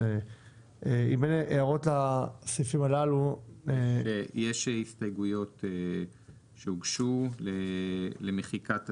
אם אין הערות לסעיפים הללו -- יש הסתייגויות שהוגשו למחיקת הסעיפים.